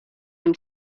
i’m